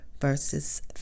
verses